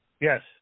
Yes